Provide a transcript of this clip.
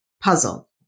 puzzle